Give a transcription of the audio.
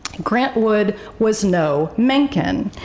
grant wood was no menken.